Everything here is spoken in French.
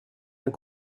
uns